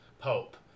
Pope